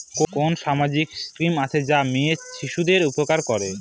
কোন সামাজিক স্কিম আছে যা মেয়ে শিশুদের উপকার করে?